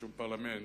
בשום פרלמנט,